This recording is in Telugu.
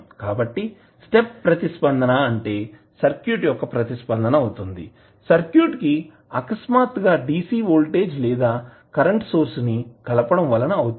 కాబట్టి స్టెప్ ప్రతిస్పందన అంటే సర్క్యూట్ యొక్క ప్రతిస్పందన అవుతుంది సర్క్యూట్ కి ఆకస్మాత్తుగా DC వోల్టేజ్ లేదా కరెంటు సోర్స్ కలపడం వలన అవుతుంది